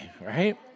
right